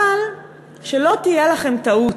אבל שלא תהיה לכם טעות,